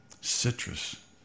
citrus